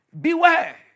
beware